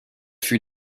fut